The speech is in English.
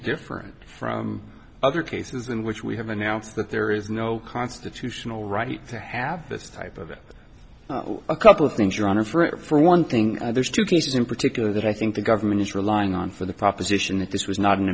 different from other cases in which we have announced that there is no constitutional right to have this type of a couple of things your honor for one thing there's two cases in particular that i think the government is relying on for the proposition that this was not an